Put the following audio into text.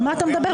על מה אתה מדבר?